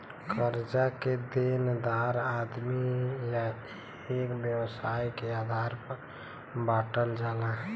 कर्जा के देनदार आदमी या एक व्यवसाय के आधार पर बांटल जाला